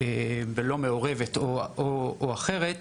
ברשות שהיא לא מעורבת או לא בתוך רשות אחרת,